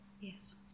Yes